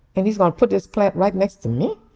and he's gonna put this plant right next to me?